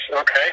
okay